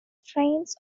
strains